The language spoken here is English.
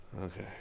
Okay